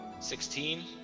Sixteen